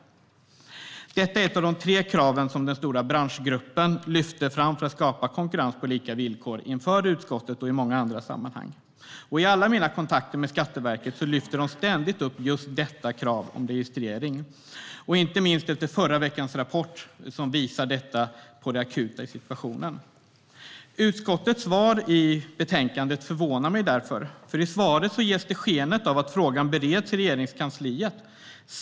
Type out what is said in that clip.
Detta är ett av de tre krav som den stora branschgruppen lyft fram inför utskottet och i många andra sammanhang vad gäller att skapa konkurrens på lika villkor. I alla mina kontakter med Skatteverket lyfter man ständigt fram detta krav på registrering, inte minst efter förra veckans rapport som visar på det akuta i situationen. Utskottets svar i betänkandet förvånar mig därför. Man ger sken av att frågan bereds i Regeringskansliet.